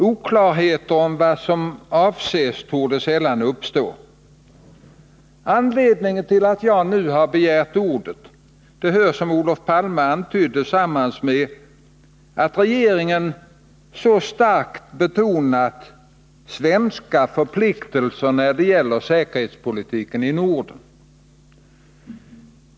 Oklarheter om vad som avses torde sällan uppstå. Anledningen till att jag nu begärt ordet hör, som Olof Palme antydde, samman med att regeringen så starkt betonat svenska förpliktelser när det gäller säkerhetspolitiken i Ncrden.